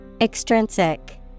Extrinsic